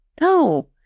no